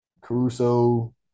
Caruso